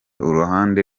uruhande